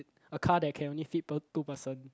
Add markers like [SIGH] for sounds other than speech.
a car that can only fit [NOISE] two person